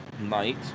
night